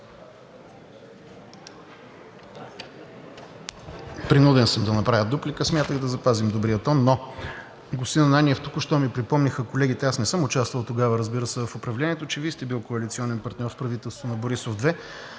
Принуден съм да направя дуплика. Смятах да запазим добрия тон, но господин Ананиев, току-що колегите ми припомниха – аз не съм участвал тогава, разбира се, в управлението, че Вие сте били коалиционен партньор в правителството на Борисов 2.